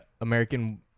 American